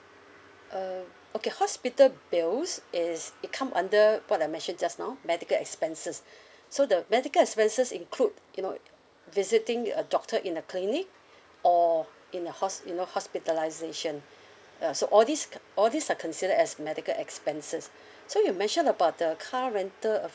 uh okay hospital bills is it come under what I mentioned just now medical expenses so the medical expenses include you know visiting a doctor in a clinic or in a hos~ you know hospitalisation uh so all these all these are considered as medical expenses so you mentioned about the car rental